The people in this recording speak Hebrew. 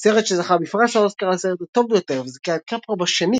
סרט שזכה בפרס האוסקר לסרט הטוב ביותר וזיכה את קפרה בשנית